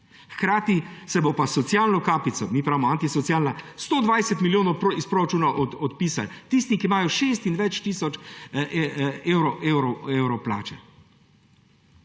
Hkrati se bo pa s socialno kapico, mi pravimo antisocialna, 120 milijonov iz proračuna odpisalo. Tisti, ki imajo 6 in več tisoč evrov plače.